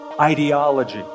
ideology